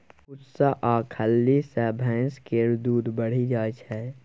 भुस्सा आ खल्ली सँ भैंस केर दूध बढ़ि जाइ छै